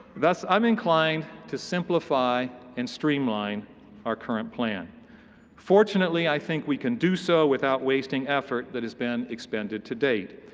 thus, i'm inclined to simplify and streamline our current plan fortunately, i think we can do so without wasting effort that has been expended to date.